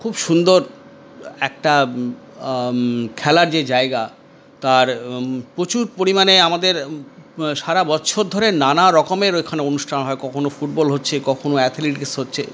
খুব সুন্দর একটা খেলার যে জায়গা তার প্রচুর পরিমাণে আমাদের সারা বচ্ছর ধরে নানা রকমের এখানে অনুষ্ঠান হয় কখনো ফুটবল হচ্ছে কখনো অ্যাথেলেটিকস হচ্ছে